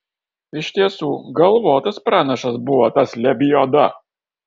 iš tiesų galvotas pranašas buvo tas lebioda